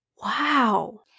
Wow